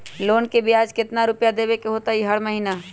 Loan के ब्याज कितना रुपैया देबे के होतइ हर महिना?